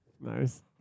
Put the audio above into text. Nice